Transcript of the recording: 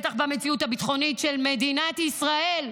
בטח במציאות הביטחונית של מדינת ישראל,